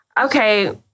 okay